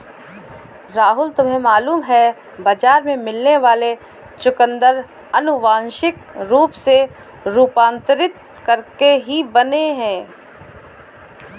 राजू तुम्हें मालूम है बाजार में मिलने वाले चुकंदर अनुवांशिक रूप से रूपांतरित करके ही बने हैं